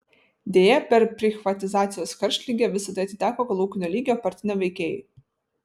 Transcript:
deja per prichvatizacijos karštligę visa tai atiteko kolūkinio lygio partiniam veikėjui